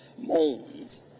moans